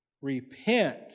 repent